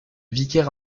vicaire